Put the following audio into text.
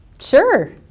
Sure